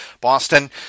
Boston